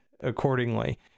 accordingly